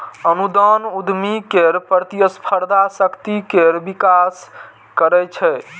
अनुदान उद्यमी केर प्रतिस्पर्धी शक्ति केर विकास करै छै